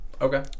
Okay